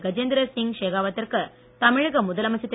கஜேந்திர சிங் ஷெகாவத்திற்கு தமிழக முதலமைச்சர் திரு